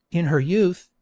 in her youth,